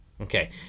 Okay